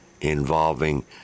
involving